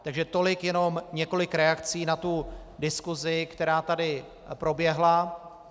Takže tolik jenom několik reakcí na diskusi, která tady proběhla.